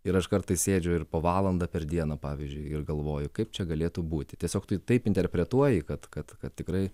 ir aš kartais sėdžiu ir po valandą per dieną pavyzdžiui ir galvoju kaip čia galėtų būti tiesiog tai taip interpretuoji kad kad kad tikrai